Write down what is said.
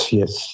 yes